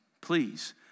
please